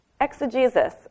exegesis